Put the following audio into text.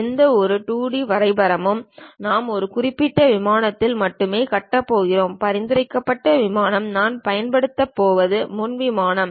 எந்தவொரு 2 டி வரைபடமும் நாம் ஒரு குறிப்பிட்ட விமானத்தில் மட்டுமே கட்டப் போகிறோம் பரிந்துரைக்கப்பட்ட விமானம் நாம் பயன்படுத்தப் போவது முன் விமானம்